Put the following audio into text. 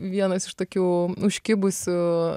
vienos iš tokių užkibusių